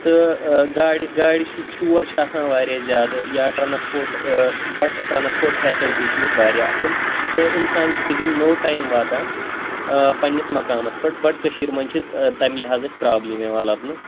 تہٕ گاڑِ گاڑِ چھِ شور چھِ آسان واریاہ زیادٕ یا ٹرٛانَسپوٹ بَٹ ٹرٛانَسپوٹ فیسَلٹی چھِ ییٚتہِ واریاہ اَصٕل تہٕ اِنسان چھُ وِدِن نو ٹایم واتان پنٛنِس مقامَس پٮ۪ٹھ بَٹ کٔشیٖرِ منٛز چھِ تَمہِ لِحاظ اَسہِ پرٛابلِم یِوان لَبنہٕ